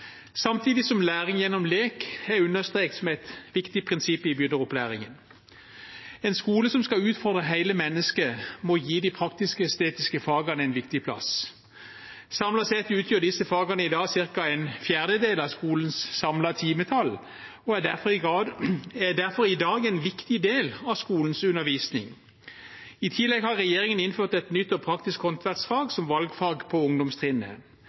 samtidig som læring gjennom lek er understreket som et viktig prinsipp i opplæringen. En skole som skal utfordre hele mennesket, må gi de praktisk-estetiske fagene en viktig plass. Samlet sett utgjør disse fagene i dag ca. en fjerdedel av skolens samlede timetall og er derfor i dag en viktig del av skolens undervisning. I tillegg har regjeringen innført et nytt og praktisk håndverksfag som valgfag på ungdomstrinnet.